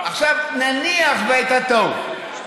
נניח שהייתה טעות,